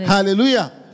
Hallelujah